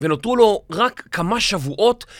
ונותרו לו רק כמה שבועות